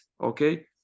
okay